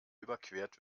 überquert